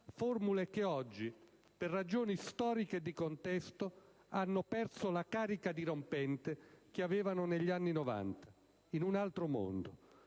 formule che oggi, per ragioni storiche e di contesto, hanno perso la carica dirompente che avevano negli anni '90, in un altro mondo.